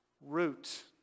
Root